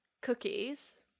cookies